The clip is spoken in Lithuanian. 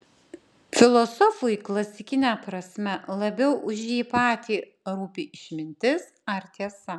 filosofui klasikine prasme labiau už jį patį rūpi išmintis ar tiesa